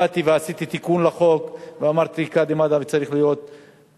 באתי ועשיתי תיקון לחוק ואמרתי: קאדי מד'הב צריך להיות אקדמאי,